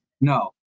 No